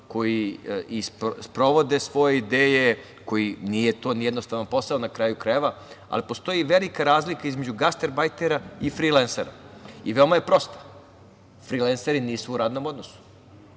koji sprovode svoje ideje, nije to ni jednostavan posao, ali postoji velika razlika između gastarbajtera i frilensera i veoma je prosto, frilenseri nisu u radnom odnosu.